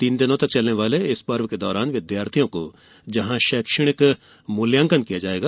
तीन दिनों तक चलने वाले इस पर्व के दौरान विद्यार्थियों का जहां शैक्षणिक मूल्यांकन किया जाएगा